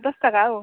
दस थाखा औ